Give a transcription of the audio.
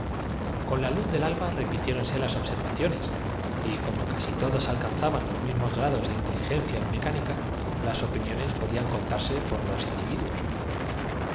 con la luz del alba repitiéronse las observaciones y como casi largo que una semana de hambre ellos parafraseando todos alcanzaban los mismos grados de inteligencia en el axioma presentían que nada iba á ser más corto mecánica las opiniones podían contarse por los indi